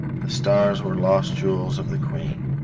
the stars were lost jewels of the queen.